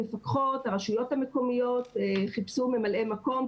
המפקחות, הרשויות המקומיות חיפשו ממלאי מקום.